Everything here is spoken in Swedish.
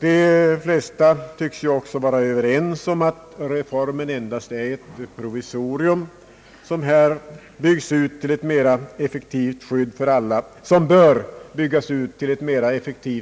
De flesta tycks ju också vara överens om att reformen endast är ett provisorium som bör byggas ut till ett mera effektivt